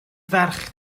ferch